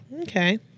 Okay